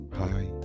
Hi